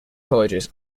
colleges